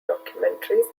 documentaries